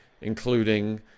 including